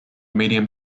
medium